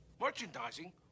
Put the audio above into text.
Merchandising